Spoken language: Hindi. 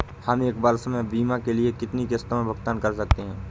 हम एक वर्ष में बीमा के लिए कितनी किश्तों में भुगतान कर सकते हैं?